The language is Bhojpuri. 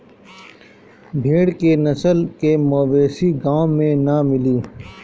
भेड़ के नस्ल के मवेशी गाँव में ना मिली